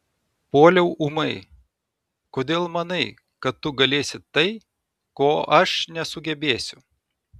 puoliau ūmai kodėl manai kad tu galėsi tai ko aš nesugebėsiu